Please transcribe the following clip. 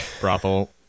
brothel